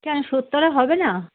কেন সত্তরে হবে না